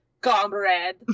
Comrade